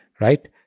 right